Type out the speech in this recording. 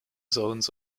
zones